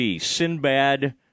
Sinbad